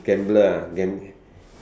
gambler ah gam~